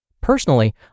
Personally